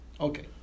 Okay